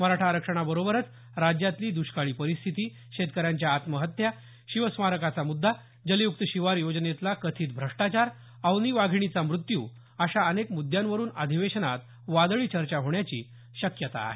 मराठा आरक्षणाबरोबरच राज्यातली दुष्काळी परिस्थिती शेतकऱ्यांच्या आत्महत्या शिवस्मारकाचा मुद्दा जलयुक्त शिवार योजनेतला कथित भ्रष्टाचार अवनी वाधिणीचा मृत्यू अशा अनेक मुद्यांवरून अधिवेशनात वादळी चर्चा होण्याची शक्यता आहे